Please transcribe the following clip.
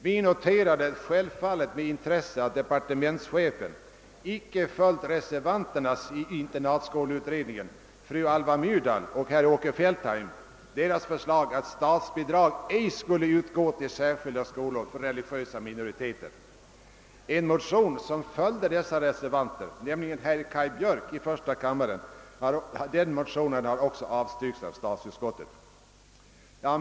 Vi noterade självfallet med intresse att departementschefen icke följde reservanternas i 1964 års utlandsoch internatskoleutredning, fru Alva Myrdals och herr Åke Fältheims, förslag att statsbidrag ej skulle utgå till särskilda skolor för religiösa minoriteter. En motion som följde dessa reservanter, nämligen av herr Kaj Björk i första kammaren, har också avstyrkts av statsutskottet.